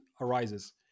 arises